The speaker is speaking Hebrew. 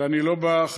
ואני לא בא,